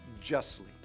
justly